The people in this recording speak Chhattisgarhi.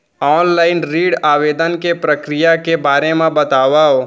ऑनलाइन ऋण आवेदन के प्रक्रिया के बारे म बतावव?